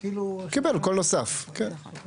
קיבל קול נוסף, כן.